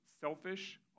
selfish